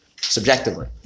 subjectively